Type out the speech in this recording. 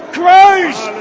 christ